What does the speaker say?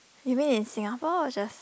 maybe in Singapore or just